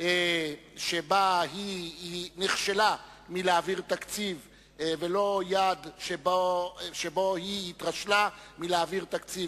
שבה היא נכשלה בלהעביר תקציב ולא יד שבה היא התרשלה בלהעביר תקציב,